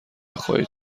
خواهید